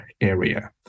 area